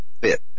fit